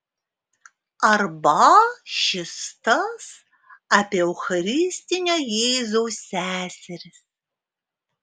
arba šis tas apie eucharistinio jėzaus seseris